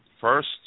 First